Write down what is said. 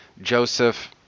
Joseph